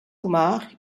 kumar